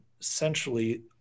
essentially